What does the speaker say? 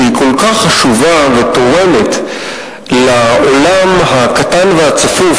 שהיא כל כך חשובה ותורמת לעולם הקטן והצפוף,